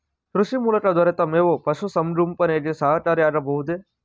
ಕೃಷಿ ಮೂಲಕ ದೊರೆತ ಮೇವು ಪಶುಸಂಗೋಪನೆಗೆ ಸಹಕಾರಿಯಾಗಬಹುದೇ?